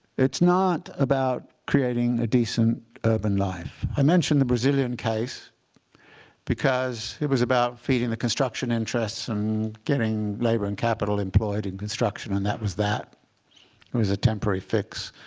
it's not about creating a decent urban life. i mentioned the brazilian case because it was about feeding the construction interests and getting labor and capital employed in construction. and that was that. it was a temporary fix.